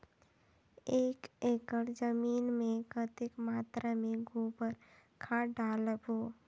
एक एकड़ जमीन मे कतेक मात्रा मे गोबर खाद डालबो?